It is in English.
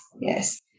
Yes